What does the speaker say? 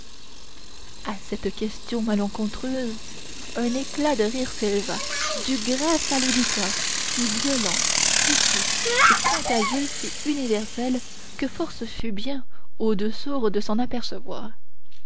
à cette question malencontreuse un éclat de rire s'éleva du greffe à l'auditoire si violent si fou si contagieux si universel que force fut bien aux deux sourds de s'en apercevoir